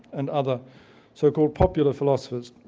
and other so-called popular philosophers.